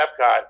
Epcot